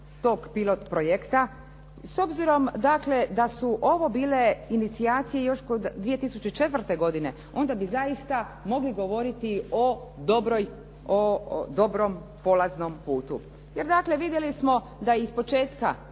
tog pilot projekta, s obzirom da su ovo bile inicijacije još kod 2004. godine onda bi zaista mogli govoriti o dobroj, o dobrom polaznom putu. Jer dakle vidjeli smo da je iz početka